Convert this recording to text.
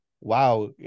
wow